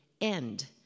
end